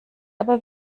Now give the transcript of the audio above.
aber